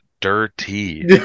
dirty